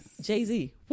Jay-Z